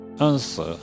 answer